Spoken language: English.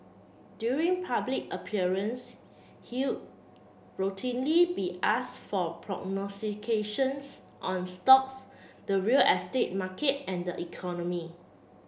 during public appearance he'll routinely be ask for prognostications on stocks the real estate market and the economy